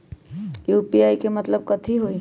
UPI के मतलब कथी होई?